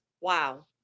wow